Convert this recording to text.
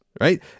right